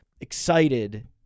excited